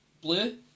Blue